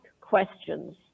questions